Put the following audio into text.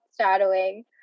shadowing